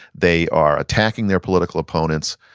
they are attacking their political opponents.